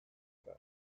azkar